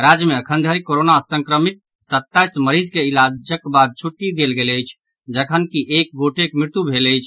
राज्य मे अखनधरि कोरोना संक्रमित सताईस मरीज के इलाजक बाद छुट्टी देल गेल अछि जखनकि एक गोटक मृत्यु भेल अछि